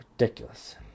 ridiculous